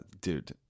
Dude